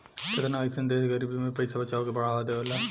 केतना अइसन देश गरीबी में भी पइसा बचावे के बढ़ावा देवेला